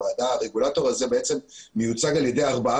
הרגולטור הזה בעצם מיוצג על ידי ארבעה